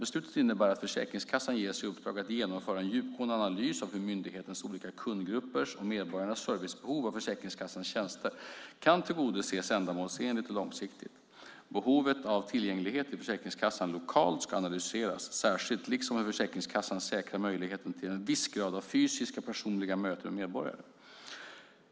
Beslutet innebär att Försäkringskassan ges i uppdrag att genomföra en djupgående analys av hur myndighetens olika kundgruppers och medborgarnas servicebehov av Försäkringskassans tjänster kan tillgodoses ändamålsenligt och långsiktigt. Behovet av tillgänglighet till Försäkringskassan lokalt ska analyseras särskilt liksom hur Försäkringskassan säkrar möjligheten till en viss grad av fysiska personliga möten med medborgare.